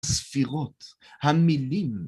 ספירות, המילים.